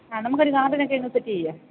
ആ നമുക്ക് ഒരു ഗാർഡനൊക്കെ അങ്ങ് സെറ്റ് ചെയ്യാം